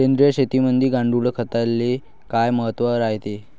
सेंद्रिय शेतीमंदी गांडूळखताले काय महत्त्व रायते?